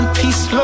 peace